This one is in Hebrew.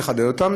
נחדד אותם.